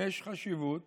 יש חשיבות